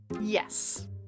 Yes